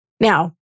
Now